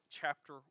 chapter